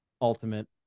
ultimate